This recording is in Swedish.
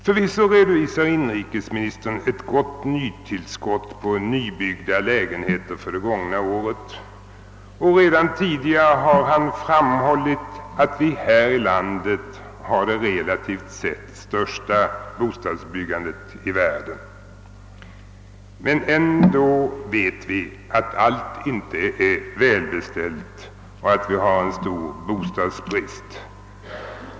Förvisso redovisade inrikesministern ett gott nytillskott på nybyggda lägenheter för det gångna året, och redan tidigare har han framhållit att vi här i landet har det relativt sett största bostadsbeståndet i världen. Men ändå vet vi att allt inte är välbeställt och att vi har en stor bostadsbrist.